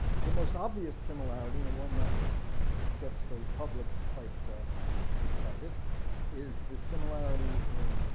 the most obvious similarity and one that gets the public quite ah excited is the similarity in